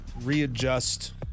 readjust